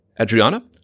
Adriana